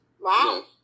Wow